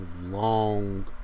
long